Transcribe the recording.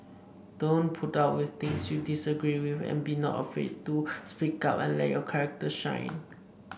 don't put up with things you disagree with and be not afraid to speak up and let your character shine